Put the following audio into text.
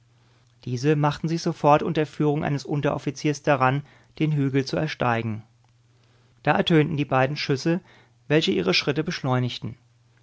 diese machten sich sofort unter führung eines unteroffiziers daran den hügel zu ersteigen da ertönten die beiden schüsse welche ihre schritte beschleunigten